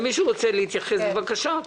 אם מישהו רוצה להתייחס, בבקשה,